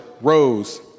rose